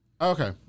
Okay